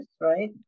right